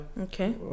Okay